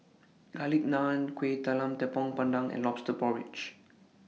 Garlic Naan Kuih Talam Tepong Pandan and Lobster Porridge